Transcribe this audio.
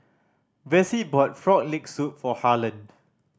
Vassie brought Frog Leg Soup for Harlen